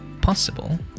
possible